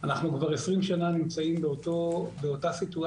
אנחנו כבר 20 שנה נמצאים באותה סיטואציה.